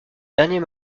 dernier